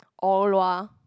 Or-Lua